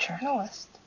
journalist